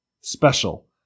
special